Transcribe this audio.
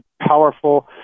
powerful